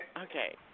Okay